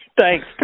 Thanks